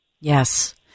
Yes